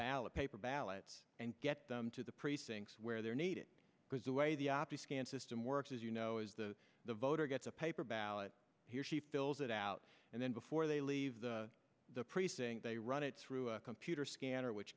ballot paper ballots and get them to the precincts where they're needed because the way the system works is you know as the voter gets a paper ballot she fills it out and then before they leaves the precinct they run it through a computer scanner which